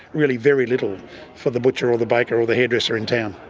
really very little for the butcher or the baker or the hairdresser in town.